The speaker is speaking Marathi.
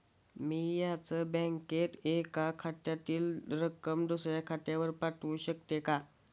मी याच बँकेत एका खात्यातील रक्कम दुसऱ्या खात्यावर पाठवू शकते का?